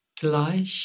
Gleich